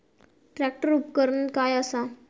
Tractor उपकरण काय असा?